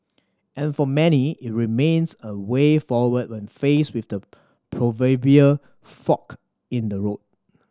and for many it remains a way forward when faced with the proverbial fork in the road